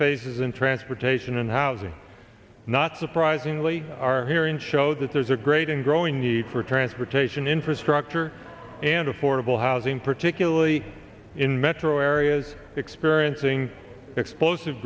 faces in transportation and housing not surprisingly our hearing show that there is a great and growing need for transportation infrastructure and affordable housing particularly in metro areas experiencing explosive